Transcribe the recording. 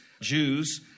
Jews